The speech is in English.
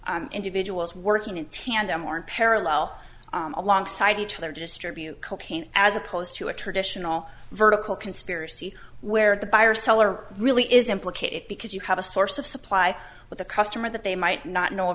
individuals working in tandem or in parallel alongside each other to distribute cocaine as opposed to a traditional vertical conspiracy where the buyer seller really is implicated because you have a source of supply with a customer that they might not know